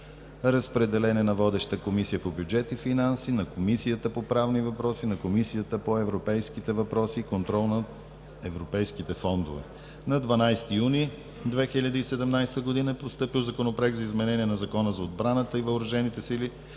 Разпределен е на водеща Комисия по бюджет и финанси, на Комисията по правни въпроси и на Комисията по европейските въпроси и контрол на европейските фондове. На 12 юни 2017 г. е постъпил Законопроект за изменение на Закона за отбраната и въоръжените сили